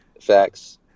Facts